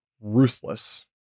Ruthless